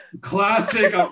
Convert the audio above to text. classic